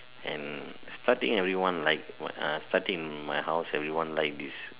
and starting everyone like what uh starting my house everyone like this